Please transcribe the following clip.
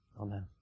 Amen